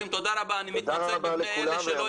אני מתנצל בפני אלה שלא